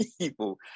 people